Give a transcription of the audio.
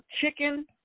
chicken